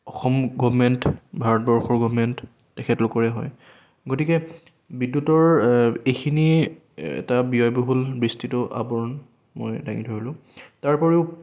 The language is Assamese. অসম গভমেণ্ট ভাৰতবৰ্ষৰ গভমেণ্ট তেখেতলোকৰে হয় গতিকে বিদ্যুতৰ এইখিনি এটা ব্যয়বহুল বিস্তৃত আৱৰণ মই দাঙি ধৰিলোঁ তাৰ উপৰিও